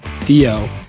Theo